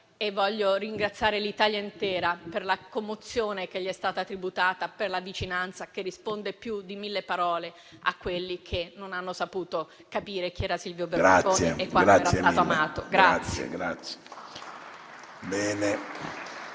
e voglio ringraziare l'Italia intera per la commozione che gli è stata tributata e per la vicinanza, che risponde più di mille parole a quelli che non hanno saputo capire chi era Silvio Berlusconi e quanto era stato amato.